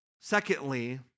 Secondly